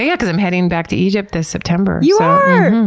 yeah because i'm heading back to egypt this september. you are?